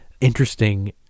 interesting